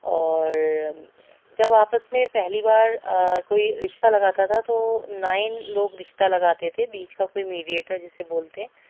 اور جب آپس میں پہلی بار کوئی رشتہ لگاتا تھا تو نائی لوگ رشتہ لگاتے تھے بیچ کا کوئی میڈیئٹر جسے بولتے ہیں